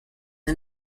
the